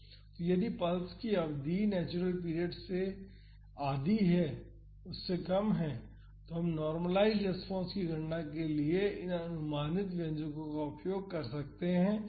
तो यदि पल्स की अवधि नेचुरल पीरियड के आधे से कम है तो हम नॉर्मलाइज़्ड रेस्पॉन्स की गणना के लिए इन अनुमानित व्यंजको का उपयोग कर सकते हैं